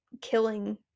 killing